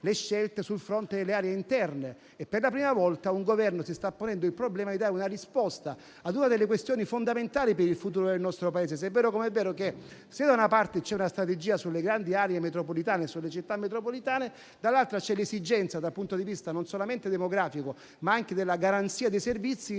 le scelte sul fronte delle aree interne. E, sempre per la prima volta, un Governo si sta ponendo il problema di dare risposta a una delle questioni fondamentali per il futuro del nostro Paese, se è vero, come lo è, che se da una parte c'è una strategia sulle grandi aree metropolitane e sulle città metropolitane, dall'altra c'è l'esigenza, dal punto di vista non solamente demografico, ma anche della garanzia dei servizi,